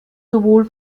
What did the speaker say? sowohl